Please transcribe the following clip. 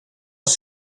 als